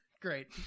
Great